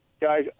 Guys